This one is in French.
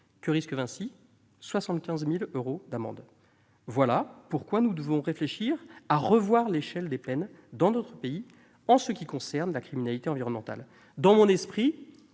Que risque Vinci ? 75 000 euros d'amende ! Voilà pourquoi nous devons revoir, dans notre pays, l'échelle des peines pour ce qui concerne la criminalité environnementale. Dans mon esprit,